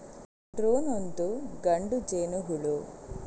drone ಒಂದು ಗಂಡು ಜೇನುಹುಳು